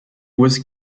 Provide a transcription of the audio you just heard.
was